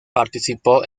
participó